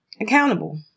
accountable